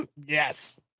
yes